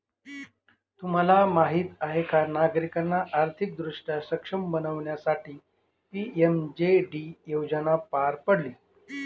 तुम्हाला माहीत आहे का नागरिकांना आर्थिकदृष्ट्या सक्षम बनवण्यासाठी पी.एम.जे.डी योजना पार पाडली